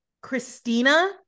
Christina